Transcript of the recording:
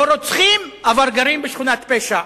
לא רוצחים, אבל גרים בשכונת פשע.